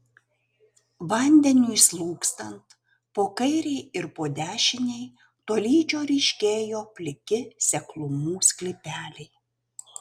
vandeniui slūgstant po kairei ir po dešinei tolydžio ryškėjo pliki seklumų sklypeliai